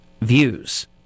views